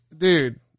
Dude